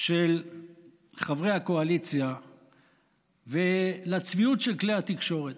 של חברי הקואליציה ולצביעות של כלי התקשורת.